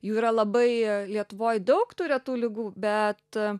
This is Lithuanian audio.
jų yra labai lietuvoj daug tų retų ligų bet